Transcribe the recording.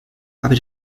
aber